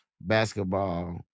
basketball